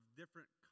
different